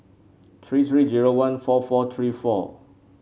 three three zero one four four three four